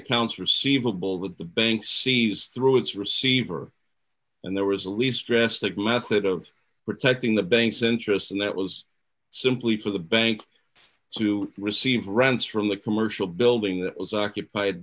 accounts receivable with the bank sees through its receiver and there was a lease dress that method of protecting the bank's interest and that was simply for the bank to receive rents from the commercial building that was occupied